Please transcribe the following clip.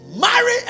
marry